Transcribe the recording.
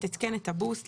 לתת כן את הבוסט,